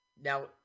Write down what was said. now